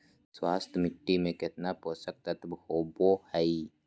स्वस्थ मिट्टी में केतना पोषक तत्त्व होबो हइ?